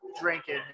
drinking